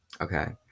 Okay